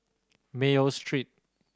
Mayo Street